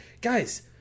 guys